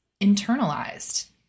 internalized